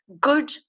good